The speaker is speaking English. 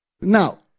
Now